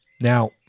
Now